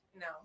No